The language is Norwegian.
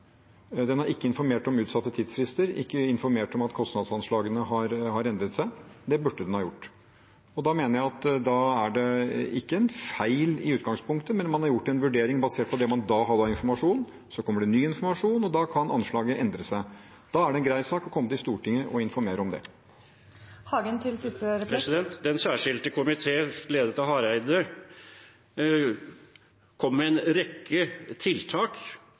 Den har ikke informert om utsatte tidsfrister, ikke informert om at kostnadsanslagene har endret seg – det burde den ha gjort. Da mener jeg det ikke er en feil i utgangspunktet, men man har gjort en vurdering basert på det man da hadde av informasjon. Så kommer det ny informasjon, og da kan anslagene endre seg. Da er det en grei sak å komme til Stortinget og informere om det. Den særskilte komité ledet av Knut Arild Hareide kom med en rekke tiltak